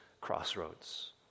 crossroads